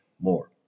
more